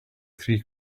three